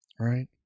Right